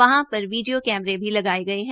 वहां video camera भी लगाये गये है